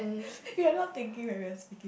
you're not thinking when you're saying